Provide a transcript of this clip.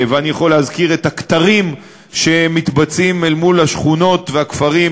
ואני יכול להזכיר את הכתרים שמתבצעים אל מול השכונות והכפרים,